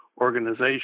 organization